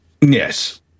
Yes